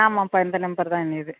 ஆமாப்பா இந்த நம்பர் தான் என்னது